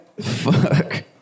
Fuck